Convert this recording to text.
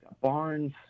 Barnes